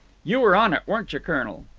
you were on it, weren't you, colonel?